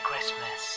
Christmas